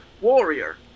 Warrior